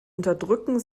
unterdrücken